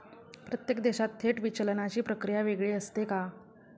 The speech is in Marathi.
प्रत्येक देशात थेट विचलनाची प्रक्रिया वेगळी असते का?